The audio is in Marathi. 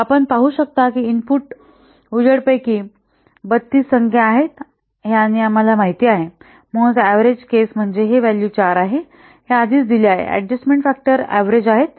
आपण पाहू शकता की इनपुट उजेड पैकी 32 संख्या आहेत आणि आम्हाला माहित आहे म्हणूनच ऍव्हरेज केस म्हणजे हे व्हॅल्यू 4 आहे हे आधीच दिले आहे हे अडजस्टमेन्ट फॅक्टर ऍव्हरेज आहेत